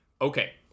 okay